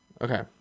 okay